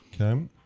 Okay